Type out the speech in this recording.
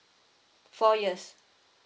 four years